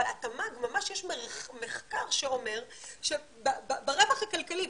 יש מחקר שאומר שברווח הכלכלי,